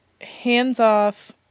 hands-off